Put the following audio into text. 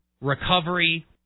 recovery